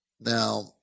Now